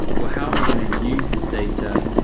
well, how am i going to use this data?